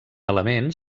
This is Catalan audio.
element